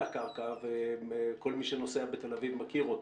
הקרקע וכל מי שנוסע בתל אביב מכיר אותם.